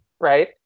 right